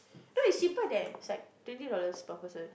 no it's cheaper there like twenty dollars per person